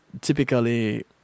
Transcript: typically